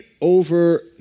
over